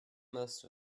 most